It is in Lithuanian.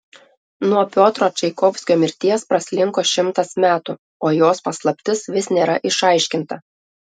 nuo piotro čaikovskio mirties praslinko šimtas metų o jos paslaptis vis nėra išaiškinta